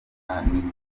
w’umunyamerika